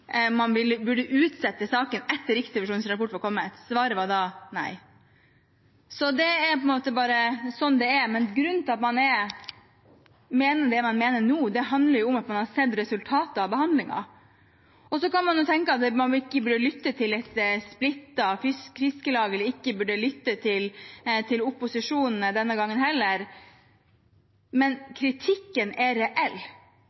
burde utsette saken etter at Riksrevisjonens rapport var kommet. Svaret var da nei. Det er bare slik det er. Grunnen til at man mener det man mener nå, handler om at man har sett resultatet av behandlingen. Så kan man jo tenke at man ikke burde lytte til et splittet Fiskarlag, eller at man ikke burde lytte til opposisjonen denne gangen heller, men